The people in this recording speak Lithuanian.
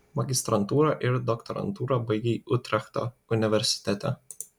magistrantūrą ir doktorantūrą baigei utrechto universitete